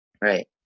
Right